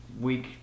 week